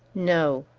no!